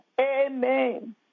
Amen